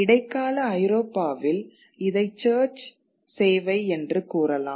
இடைக்கால ஐரோப்பாவில் இதை சர்ச் சேவை என்று கூறலாம்